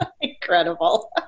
Incredible